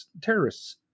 terrorists